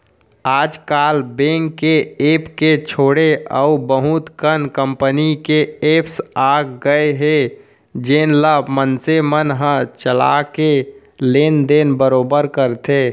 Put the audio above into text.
आज काल बेंक के ऐप के छोड़े अउ बहुत कन कंपनी के एप्स आ गए हे जेन ल मनसे मन ह चला के लेन देन बरोबर करथे